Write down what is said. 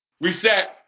Reset